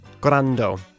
Grando